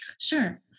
Sure